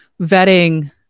vetting